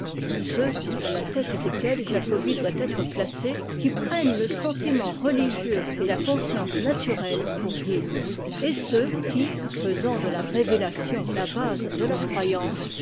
ceux à la tête desquels jacobi doit être placé qui prennent le sentiment religieux et la conscience naturelle pour guides et ceux qui faisant de la révélation la base de leur croyance